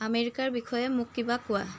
আমেৰিকাৰ বিষয়ে মোক কিবা কোৱা